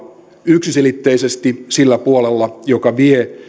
yksiselitteisesti sillä puolella joka vie